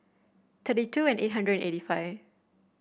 thirty two and eight hundred eighty five